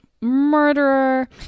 murderer